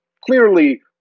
clearly